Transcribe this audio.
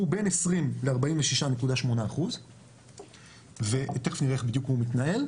שהוא בין 20%-46.8% ותיכף נראה איך בדיוק הוא מתנהל,